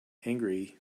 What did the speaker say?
angry